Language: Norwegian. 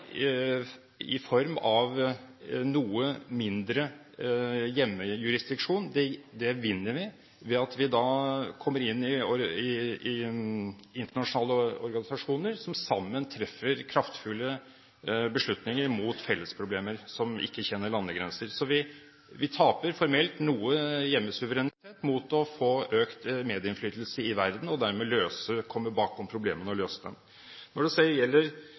i form av noe mindre hjemmejurisdiksjon, vinner vi ved at vi kommer inn i internasjonale organisasjoner som sammen treffer kraftfulle beslutninger mot fellesproblemer som ikke kjenner landegrenser. Vi taper formelt noe hjemmesuverenitet mot å få økt medinnflytelse i verden og dermed komme bakom problemene og løse dem. Når det så gjelder